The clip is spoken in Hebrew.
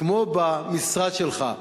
כמו במשרד שלך.